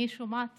אני שומעת